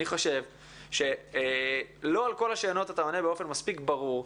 אני חושב שלא על כל השאלות אתה עונה באופן מספיק ברור.